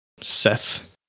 Seth